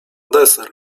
deser